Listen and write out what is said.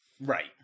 right